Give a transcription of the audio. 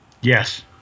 Yes